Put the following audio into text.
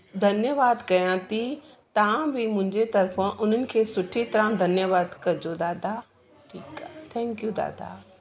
धन्यवाद कयां थी तव्हां बि मुंहिंजे तरफ़ां उन्हनि खे सुठे तरह धन्यवाद कजो दादा ठीकु आहे थैंक यू दादा